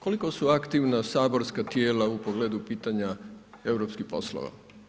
Koliko su aktivna saborska tijela u pogledu pitanja europskih poslova?